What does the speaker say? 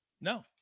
No